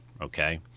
okay